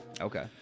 Okay